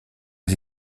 aux